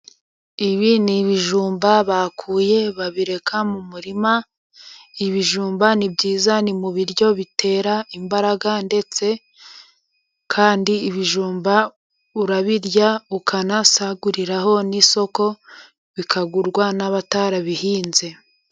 Ibi ni ibijumba bakuye babireka mu murima .Ibijumba ni mu biryo bitera imbaraga ,ndetse kandi ibijumba urabirya ,ukanasaguriraho n'isoko, bikagurwa n'abatarabihinze.